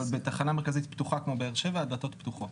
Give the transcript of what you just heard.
אבל בתחנה מרכזית פתוחה כמו בבאר שבע הדלתות פתוחות.